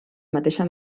mateixa